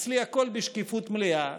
אצלי הכול בשקיפות מלאה,